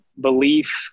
belief